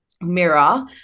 mirror